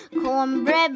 Cornbread